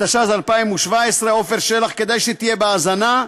התשע"ז 2017, עפר שלח, כדאי שתהיה בהאזנה,